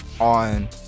on